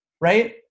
Right